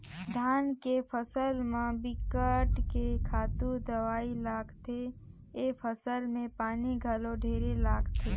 धान के फसल म बिकट के खातू दवई लागथे, ए फसल में पानी घलो ढेरे लागथे